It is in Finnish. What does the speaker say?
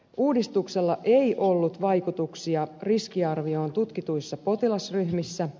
uudistuksella ei ollut vaikutuksia riskiarvioon tutkituissa potilasryhmissä